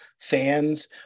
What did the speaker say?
fans